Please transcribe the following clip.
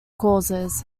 causes